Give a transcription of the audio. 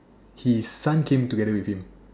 his son came together with him